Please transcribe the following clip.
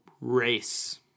race